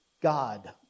God